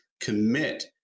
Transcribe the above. Commit